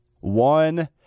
one